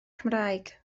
cymraeg